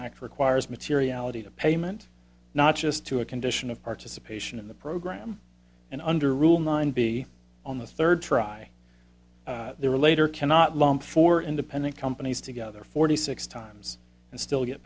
act requires materiality to payment not just to a condition of participation in the program and under rule nine be on the third try there were later cannot long for independent companies together forty six times and still get